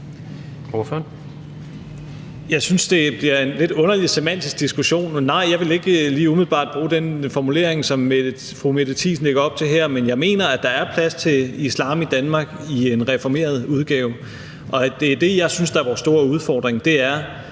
Jeg synes, det bliver en lidt underlig semantisk diskussion, men nej, jeg vil ikke lige umiddelbart bruge den formulering, som fru Mette Thiesen lægger op til her. Men jeg mener, at der er plads til islam i Danmark i en reformeret udgave. Og det er det, jeg synes er vores store udfordring, altså